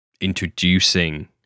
introducing